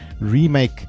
remake